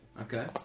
Okay